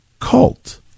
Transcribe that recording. cult